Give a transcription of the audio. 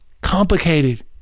complicated